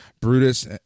Brutus